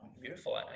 Beautiful